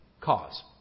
cause